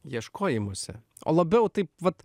ieškojimuose o labiau taip vat